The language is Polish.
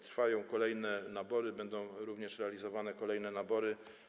Trwają kolejne nabory, będą także realizowane kolejne nabory.